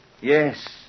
yes